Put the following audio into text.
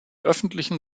öffentlichen